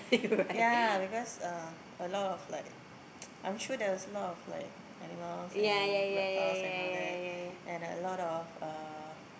ya because uh a lot of like I'm sure there's a lot of like animals and reptiles and all that and a lot of uh